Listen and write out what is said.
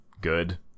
good